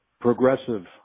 progressive